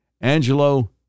Angelo